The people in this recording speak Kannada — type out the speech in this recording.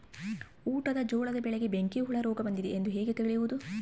ಊಟದ ಜೋಳದ ಬೆಳೆಗೆ ಬೆಂಕಿ ಹುಳ ರೋಗ ಬಂದಿದೆ ಎಂದು ಹೇಗೆ ತಿಳಿಯುವುದು?